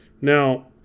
Now